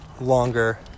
longer